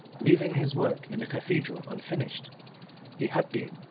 leaving his work in the cathedral unfinished he had been,